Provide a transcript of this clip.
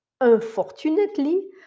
Unfortunately